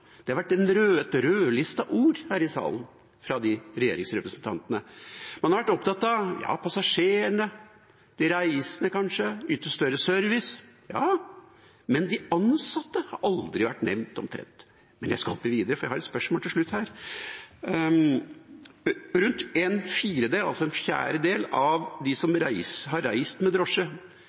Det har vært et rødlistet ord her i salen fra disse regjeringsrepresentantene. Man har vært opptatt av passasjerene, de reisende kanskje, av å yte bedre service – ja. Men de ansatte har omtrent aldri vært nevnt. Men jeg skal gå videre – for jeg har et spørsmål til slutt: Rundt en fjerdedel av dem som har reist med drosje,